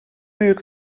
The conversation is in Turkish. büyük